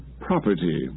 property